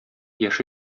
яше